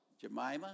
Jemima